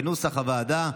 כנוסח הוועדה.